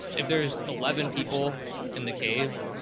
if there's eleven people in the cave,